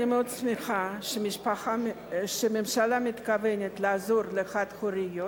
אני מאוד שמחה שהממשלה מתכוונת לעזור לחד-הוריות